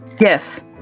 Yes